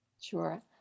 Sure